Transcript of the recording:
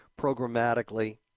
programmatically